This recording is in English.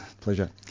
Pleasure